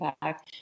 back